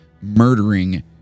murdering